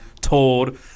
told